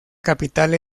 capital